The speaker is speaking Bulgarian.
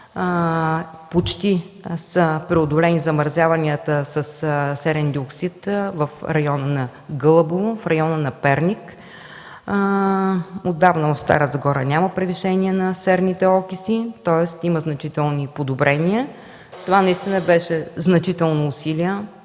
почти са преодолени замърсяванията със серен диоксид в района на Гълъбово и Перник. Отдавна в гр. Стара Загора няма превишение на серните окиси, тоест има значителни подобрения. Това костваше значителни усилия